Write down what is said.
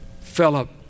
Philip